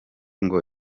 ngo